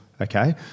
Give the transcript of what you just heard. okay